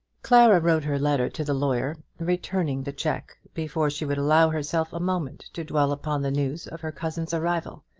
clara wrote her letter to the lawyer, returning the cheque, before she would allow herself a moment to dwell upon the news of her cousin's arrival.